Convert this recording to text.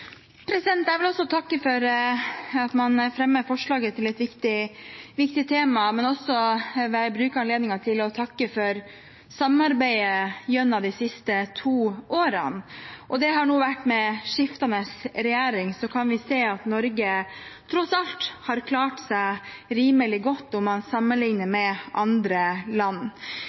at man fremmer dette forslaget til et viktig tema, men jeg vil også bruke anledningen til å takke for samarbeidet gjennom de siste to årene, og det har vært med skiftende regjering. Så kan vi se at Norge tross alt har klart seg rimelig godt når man sammenligner med andre land.